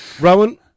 Rowan